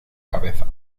cabeza